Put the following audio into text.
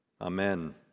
Amen